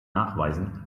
nachweisen